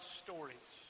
stories